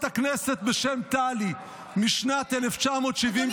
הכנסת בשם טלי משנת 1975 -- אדוני,